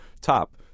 top